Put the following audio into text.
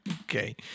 okay